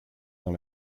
dans